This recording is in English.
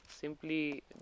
simply